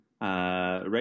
right